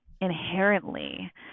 inherently